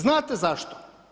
Znate zašto?